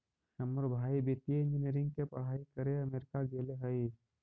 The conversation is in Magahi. हमर भाई वित्तीय इंजीनियरिंग के पढ़ाई करे अमेरिका गेले हइ